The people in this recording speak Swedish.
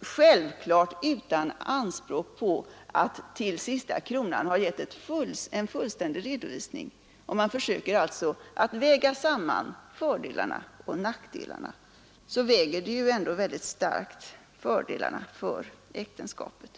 självklart utan anspråk på att till sista kronan ha givit en fullständig redovisning försöker väga samman fördelarna och nackdelarna, så överväger starkt fördelarna för äktenskapet.